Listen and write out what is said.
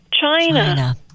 China